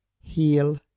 heal